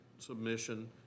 submission